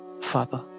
Father